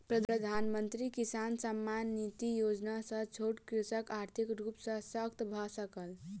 प्रधानमंत्री किसान सम्मान निधि योजना सॅ छोट कृषक आर्थिक रूप सॅ शशक्त भअ सकल